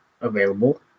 available